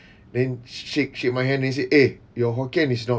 then sh~ shake shake my hand then say eh your hokkien is not